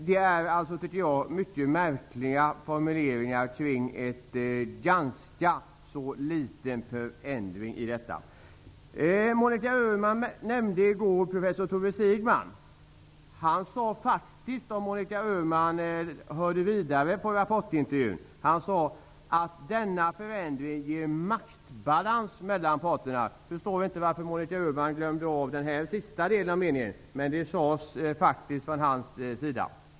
Detta är mycket märkliga formuleringar om en ganska liten förändring. I går nämnde Monika Öhman vad professor Tore Sigeman hade sagt. Om Monika Öhman lyssnade på hela intervjun i Rapport kunde hon höra att han sade att denna förändring ger maktbalans mellan parterna. Jag förstår inte varför Monika Öhman glömde den sista delen av meningen, men han sade faktiskt så här.